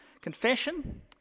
Confession